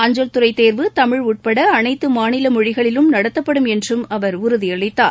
அஞ்சல்துறை தேர்வு தமிழ் உட்பட அனைத்து மாநில மொழிகளிலும் நடத்தப்படும் என்றும் அவர் உறுதியளித்தார்